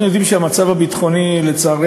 אנחנו יודעים, לצערנו, שהמצב הביטחוני עדיין